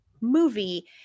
movie